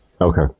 okay